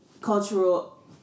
cultural